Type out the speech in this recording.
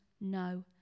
no